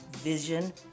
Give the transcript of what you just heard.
Vision